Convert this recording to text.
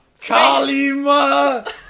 Kalima